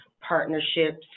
partnerships